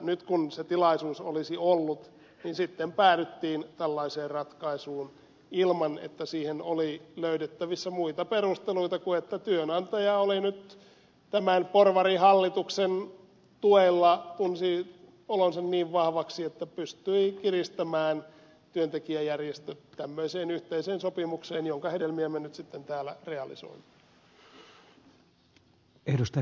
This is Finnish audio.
nyt kun se tilaisuus olisi ollut niin sitten päädyttiin tällaiseen ratkaisuun ilman että siihen oli löydettävissä muita perusteluita kuin että työnantaja nyt tämän porvarihallituksen tuella tunsi olonsa niin vahvaksi että pystyi kiristämään työntekijäjärjestöt tämmöiseen yhteiseen sopimukseen jonka hedelmiä me nyt sitten täällä realisoimme